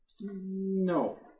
No